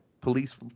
police